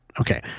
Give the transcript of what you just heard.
okay